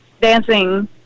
dancing